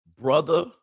Brother